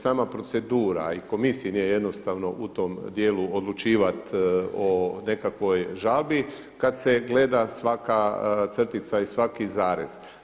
Sama procedura i komisiji nije jednostavno u tom dijelu odlučivati o nekakvoj žalbi kada se gleda svaka crtica i svaki zarez.